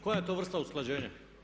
Koja je to vrsta usklađenja?